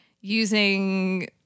using